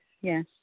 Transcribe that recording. Yes